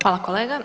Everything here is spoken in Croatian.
Hvala kolega.